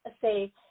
say